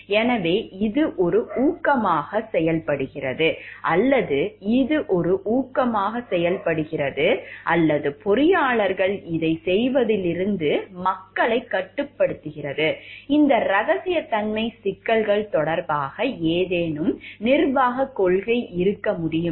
எனவே இது ஒரு ஊக்கமாக செயல்படுகிறது அல்லது இது ஒரு ஊக்கமாக செயல்படுகிறது அல்லது பொறியாளர்கள் இதைச் செய்வதிலிருந்து மக்களைக் கட்டுப்படுத்துகிறது இந்த ரகசியத்தன்மை சிக்கல்கள் தொடர்பாக ஏதேனும் நிர்வாகக் கொள்கை இருக்க முடியுமா